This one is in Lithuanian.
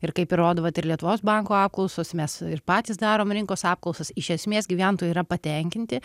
ir kaip įrodo vat ir lietuvos banko apklausos mes ir patys darom rinkos apklausas iš esmės gyventojai yra patenkinti